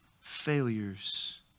failures